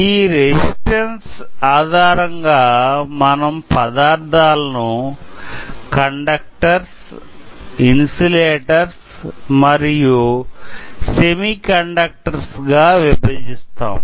ఈ రెసిస్టన్స్ ఆధారంగా మనం పదార్ధాలను కండక్టర్స్ ఇన్సులేటర్స్ మరియు సెమి కండక్టర్స్ గా విభజిస్తాం